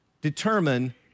determine